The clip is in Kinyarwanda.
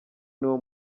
niwo